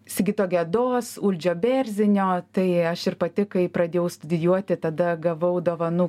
sigito gedos uldžio bėrzinio tai aš ir pati kai pradėjau studijuoti tada gavau dovanų